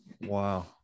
wow